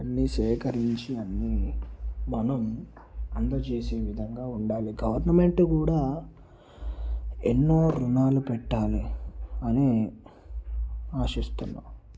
అన్నీ సేకరించి అన్నీ మనం అందచేసే విధంగా ఉండాలి గవర్నమెంట్ కూడా ఎన్నో రుణాలు పెట్టాలి అని ఆశిస్తున్నాను